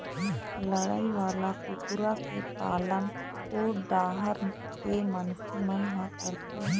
लड़ई वाला कुकरा के पालन ओ डाहर के मनखे मन ह करथे